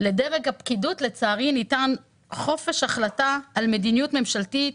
לדרג הפקידות לצערי ניתן חופש החלטה על מדיניות ממשלתית